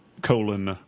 Colon